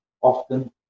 often